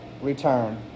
return